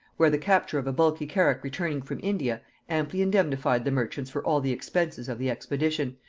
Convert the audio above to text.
where the capture of a bulky carrack returning from india amply indemnified the merchants for all the expenses of the expedition,